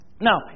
Now